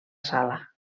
sala